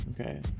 Okay